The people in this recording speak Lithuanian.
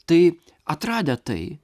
tai atradę tai